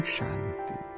Shanti